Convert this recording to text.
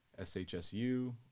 SHSU